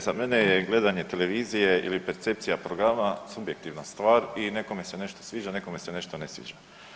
Za mene je gledanje televizije ili percepcija programa subjektivna stvar i nekome se nešto sviđa, nekome se nešto ne sviđa.